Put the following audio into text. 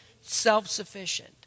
self-sufficient